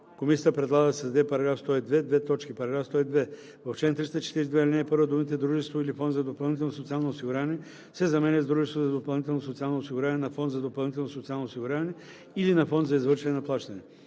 Комисията предлага да се създаде § 102: „§ 102. В чл. 342, ал. 1 думите „дружество или фонд за допълнително социално осигуряване“ се заменят с „дружество за допълнително социално осигуряване, на фонд за допълнително социално осигуряване или на фонд за извършване на плащания“.